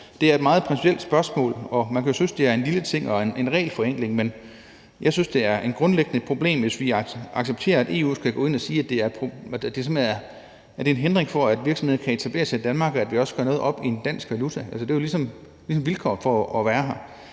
det er et meget principielt spørgsmål, og man kan jo synes, at det er en lille ting og en regelforenkling, men jeg synes, at det er et grundlæggende problem, hvis vi accepterer, at EU skal gå ind og sige, at det er en hindring for, at virksomheder kan etablere sig i Danmark, at vi også gør noget op i en dansk valuta. Det er ligesom et vilkår for at være her.